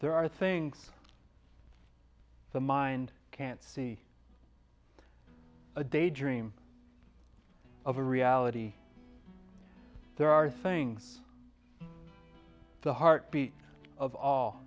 there are things the mind can't see a daydream of a reality there are things the heartbeat of all